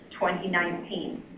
2019